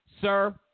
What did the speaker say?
sir